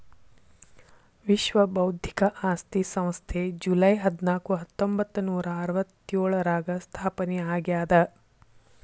ವಿಶ್ವ ಬೌದ್ಧಿಕ ಆಸ್ತಿ ಸಂಸ್ಥೆ ಜೂಲೈ ಹದ್ನಾಕು ಹತ್ತೊಂಬತ್ತನೂರಾ ಅರವತ್ತ್ಯೋಳರಾಗ ಸ್ಥಾಪನೆ ಆಗ್ಯಾದ